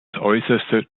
äußerste